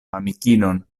amikinon